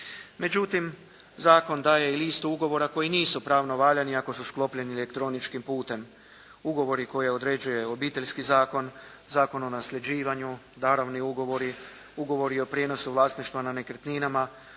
Međutim, zakon daje i listu ugovora koji nisu pravno valjani ako su sklopljeni elektroničkim putem. Ugovori koje određuje Obiteljski zakon, Zakon o nasljeđivanju, darovni ugovori, ugovori o prijenosu vlasništva na nekretninama,